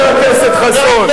חבר הכנסת חסון.